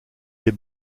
les